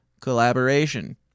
collaboration